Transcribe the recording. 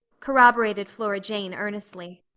corroborated flora jane earnestly.